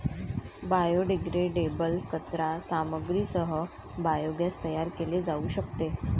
biodegradable कचरा सामग्रीसह biogas तयार केले जाऊ शकते